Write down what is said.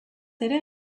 ere